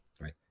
right